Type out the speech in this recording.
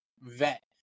vet